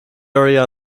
area